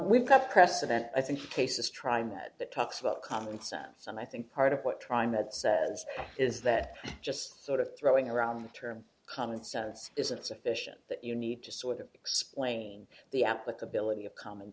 we've got precedents i think cases trying that that talks about common sense and i think part of what trying that says is that just sort of throwing around the term common sense isn't sufficient that you need to sort of explain the applicability of common